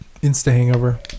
insta-hangover